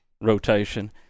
rotation